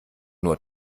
nur